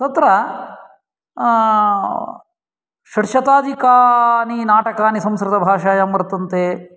तत्र षड्शताधिकानि नाटकानि संस्कृतभाषायां वर्तन्ते